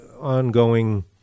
ongoing